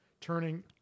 turning